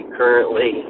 currently